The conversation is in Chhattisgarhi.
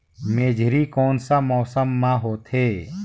मेझरी कोन सा मौसम मां होथे?